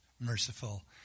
merciful